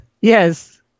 Yes